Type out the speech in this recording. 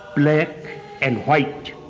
black and white,